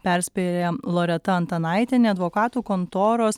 perspėja loreta antanaitienė advokatų kontoros